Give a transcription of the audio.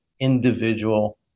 individual